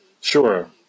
Sure